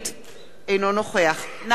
אינו נוכח נחמן שי,